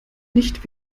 nicht